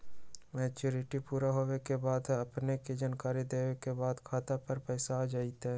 Maturity पुरा होवे के बाद अपने के जानकारी देने के बाद खाता पर पैसा आ जतई?